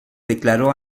declaró